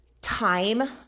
time